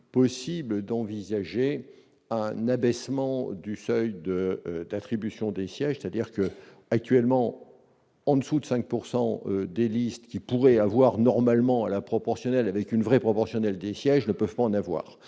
possible d'envisager un abaissement du seuil de l'attribution des sièges, c'est-à-dire que, actuellement en dessous de 5 pourcent des listes qui pourrait avoir normalement à la proportionnelle, avec une vraie proportionnelle des sièges ne peuvent pas en avoir,